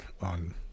on